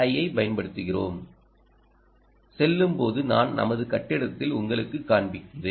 ஐப் பயன்படுத்துகிறோம் செல்லும்போது நான் நமது கட்டிடத்தில் உங்களுக்குக் காண்பிக்கிறேன்